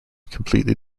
completely